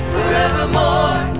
Forevermore